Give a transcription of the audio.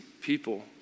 people